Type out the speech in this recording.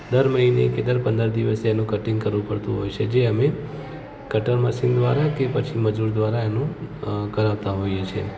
દર મહિને કે દર પંદર દિવસે એનું કટિંગ કરવું પડતું હોય છે જે અમે કટર મશીન દ્વારા કે પછી મજૂર દ્વારા એનું કરાવતાં હોઈએ છીએ